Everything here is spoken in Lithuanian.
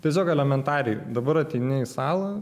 tiesiog elementariai dabar ateini į salą